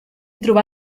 trobà